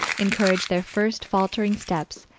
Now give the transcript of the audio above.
encourage their first, faltering steps,